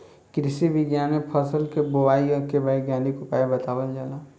कृषि विज्ञान में फसल के बोआई के वैज्ञानिक उपाय बतावल जाला